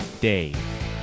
Dave